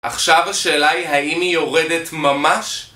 עכשיו השאלה היא האם היא יורדת ממש?